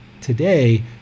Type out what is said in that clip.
today